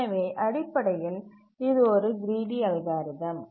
எனவே அடிப்படையில் இது ஒரு கிரீடி அல்காரிதம்